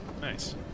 nice